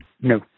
No